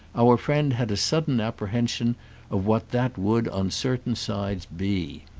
our friend had a sudden apprehension of what that would on certain sides be.